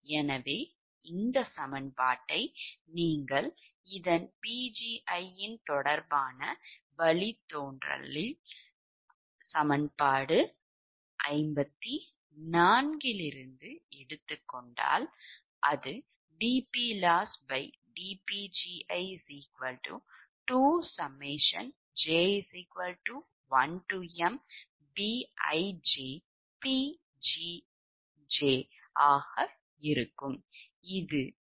எனவே இந்த சமன்பாட்டை நீங்கள் இதன் Pgi தொடர்பான வழித்தோன்றல் ஆக எடுத்துக் கொண்டால் அது dPlossdPgi2j1mBijPgj ஆக இருக்கும்